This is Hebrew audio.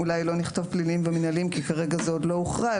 ואולי לא נכתוב פליליים ומינהליים כי זה כרגע עדיין לא הוכרע,